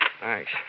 Thanks